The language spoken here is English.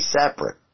separate